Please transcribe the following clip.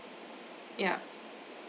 yup